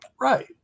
Right